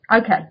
Okay